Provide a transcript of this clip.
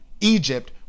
Egypt